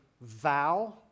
vow